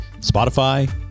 Spotify